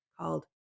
called